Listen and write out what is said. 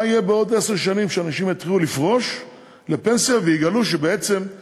מה יהיה בעוד עשר שנים כשאנשים יתחילו לפרוש לפנסיה ויגלו שהבטיחו,